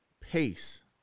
Pace